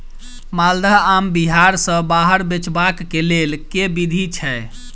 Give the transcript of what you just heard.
माल्दह आम बिहार सऽ बाहर बेचबाक केँ लेल केँ विधि छैय?